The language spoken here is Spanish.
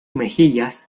mejillas